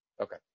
Okay